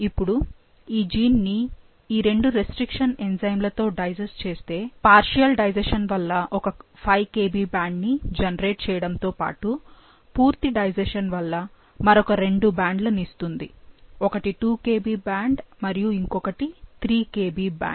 ఇపుడు ఈ జీన్ ని ఈ రెండు రెస్ట్రిక్షన్ ఎంజైమ్ లతో డైజెస్ట్ చేస్తే పార్షియల్ డైజెషన్ వల్ల ఒక 5 Kb బ్యాండ్ ని జెనెరేట్ చేయడంతో పాటు పూర్తి డైజెషన్ వల్ల మరొక రెండు బ్యాండ్లను ఇస్తుంది ఒకటి 2 Kb బ్యాండ్ మరియు ఇంకొకటి 3 Kb బ్యాండ్